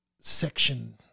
section